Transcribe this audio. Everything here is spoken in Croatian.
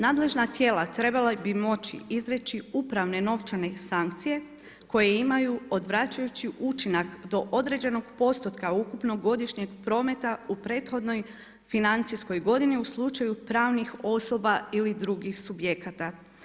Nadležna tijela trebala bi moći izreći upravne novčane sankcije koje imaju odvraćajući učinak do određenog postotka ukupnog godišnjeg prometa u prethodnoj financijskoj godini u slučaju pravnih osoba ili drugih subjekata.